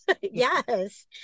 yes